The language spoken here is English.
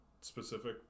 specific